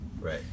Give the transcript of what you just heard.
Right